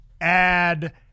add